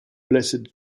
blessed